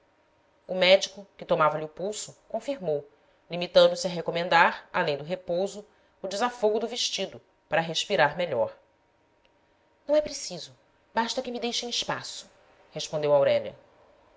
o médico que tomava lhe o pulso confirmou limitando-se a recomendar além do repouso o desafogo do vestido para respirar melhor não é preciso basta que me deixem espaço respondeu aurélia